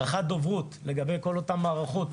רח"ט דוברות יספר לגבי כל אותן המערכות